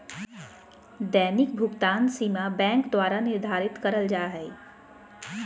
दैनिक भुकतान सीमा बैंक द्वारा निर्धारित करल जा हइ